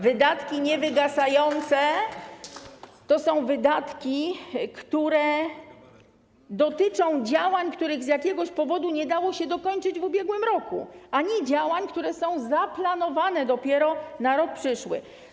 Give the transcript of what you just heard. Wydatki niewygasające to są wydatki, które dotyczą działań, których z jakiegoś powodu nie dało się dokończyć w roku ubiegłym, a nie działań, które są zaplanowane dopiero na przyszły rok.